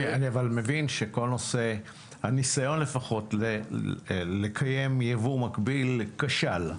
אני אבל מבין שהניסיון לפחות לקיים יבוא מקביל כשל.